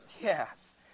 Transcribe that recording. Yes